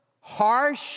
harsh